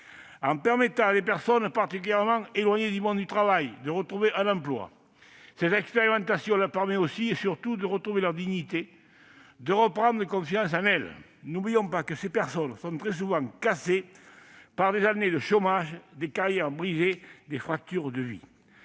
En permettant à des personnes particulièrement éloignées du monde du travail de retrouver un emploi, cette expérimentation leur permet aussi et surtout de retrouver leur dignité, de reprendre confiance en elles. N'oublions pas que ces personnes sont très souvent « cassées » par des années de chômage, des carrières brisées, des fractures de vie.